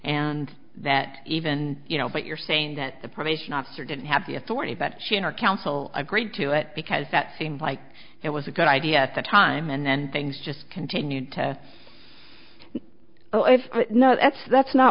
and that even you know but you're saying that the probation officer didn't have the authority but she and her counsel agreed to it because that seemed like it was a good idea at the time and then things just continued to oh if that's that's not